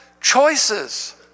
choices